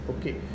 okay